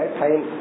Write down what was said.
time